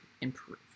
improve